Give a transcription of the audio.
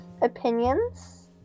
opinions